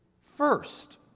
first